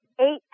eight